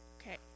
Okay